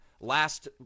Last